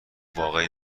واقعی